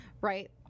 right